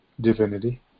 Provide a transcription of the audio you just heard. divinity